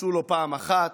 פרצו לו פעם אחת,